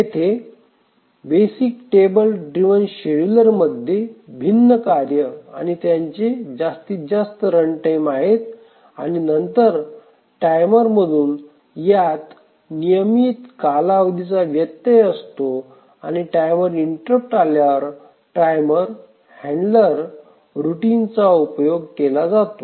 येथे basic table driven शेड्यूलरमध्ये भिन्न कार्ये आणि त्यांचे जास्तीत जास्त रनटाइम आहेत आणि नंतर टाइमरमधून यात नियमित कालावधीचा व्यत्यय असतो आणि टायमर इंटरप्ट आल्यावर टाइमर हँडलर रूटीनचा उपयोग केला जातो